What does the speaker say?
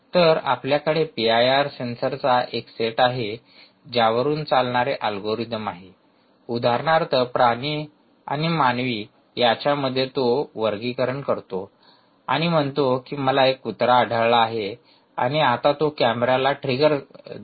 तर आपल्याकडे पीआयआर सेन्सरचा एक सेट आहे ज्यावरून चालणारे अल्गोरिदम आहे उदाहरणार्थ प्राणी आणि मानवी यांच्यात तो वर्गीकरण करतो आणि म्हणतो की मला एक कुत्रा आढळला आहे आणि आता तो कॅमेराला ट्रिगर देतो